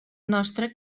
nostra